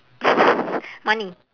money